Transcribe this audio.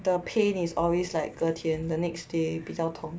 the pain is always like 隔天 the next day 比较痛